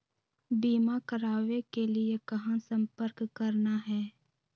बीमा करावे के लिए कहा संपर्क करना है?